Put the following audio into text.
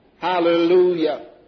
Hallelujah